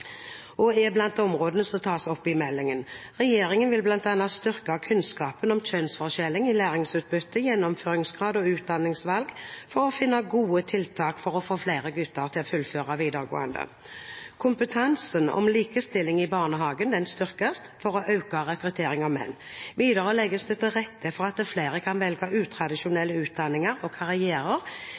blant områdene som tas opp i meldingen. Regjeringen vil bl.a. styrke kunnskapen om kjønnsforskjeller i læringsutbytte, gjennomføringsgrad og utdanningsvalg, for å finne gode tiltak som får flere gutter til å fullføre videregående. Kompetansen om likestilling i barnehagen styrkes for å øke rekruttering av menn. Videre legges det til rette for at flere kan velge utradisjonelle utdanninger og karrierer